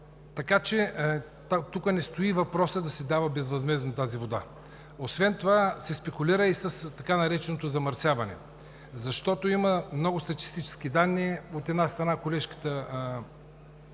Така че тук не стои въпросът да се дава безвъзмездно тази вода. Спекулира се с така нареченото „замърсяване“, защото има много статистически данни. От една страна, колежката